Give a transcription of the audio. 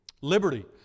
Liberty